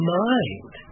mind